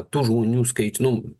tų žmonių skaičių nu